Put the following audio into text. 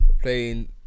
playing